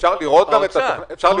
אפשר לראות את התכנית?